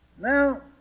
Now